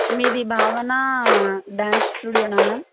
మీది భావన డ్యాన్స్ స్టూడియోనా మ్యామ్